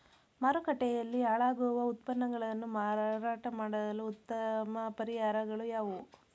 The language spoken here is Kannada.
ಮಾರುಕಟ್ಟೆಯಲ್ಲಿ ಹಾಳಾಗುವ ಉತ್ಪನ್ನಗಳನ್ನು ಮಾರಾಟ ಮಾಡಲು ಉತ್ತಮ ಪರಿಹಾರಗಳು ಯಾವುವು?